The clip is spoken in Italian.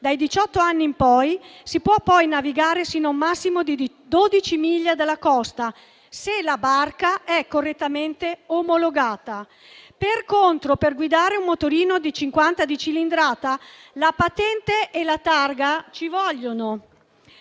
diciott'anni in poi si può navigare sino a un massimo di 12 miglia dalla costa, se la barca è correttamente omologata. Per contro, per guidare un motorino di 50 di cilindrata ci vogliono la patente e la targa. Da menzionare